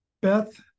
Beth